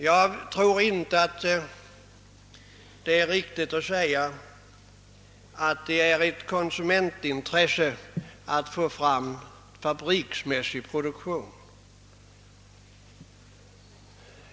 Jag tror inte att det ligger i konsumenternas intresse att få fram en fabriksmässig produktion.